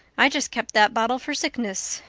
i just kept that bottle for sickness.